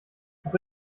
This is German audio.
noch